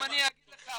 אם אני אגיד לך,